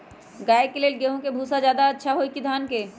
गाय के ले गेंहू के भूसा ज्यादा अच्छा होई की धान के?